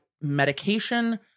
medication